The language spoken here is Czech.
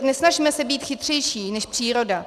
Nesnažme se být chytřejší než příroda.